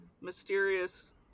mysterious